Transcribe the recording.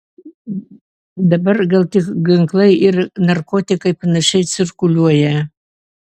dabar gal tik ginklai ir narkotikai panašiai cirkuliuoja